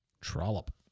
Trollop